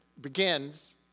begins